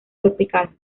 tropical